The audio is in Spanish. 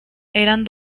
eran